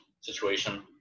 situation